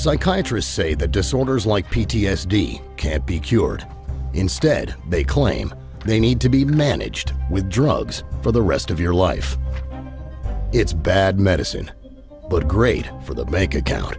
psychiatry is say the disorders like p t s d can't be cured instead they claim they need to be managed with drugs for the rest of your life it's bad medicine but great for the bank account